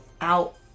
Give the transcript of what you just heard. out